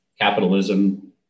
capitalism